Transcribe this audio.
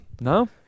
No